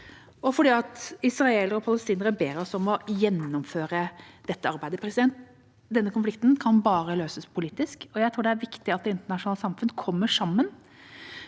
og fordi israelere og palestinere ber oss om å gjennomføre dette arbeidet. Denne konflikten kan bare løses politisk, og jeg tror det er viktig at det internasjonale samfunn kommer sammen